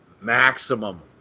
maximum